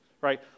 right